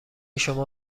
شما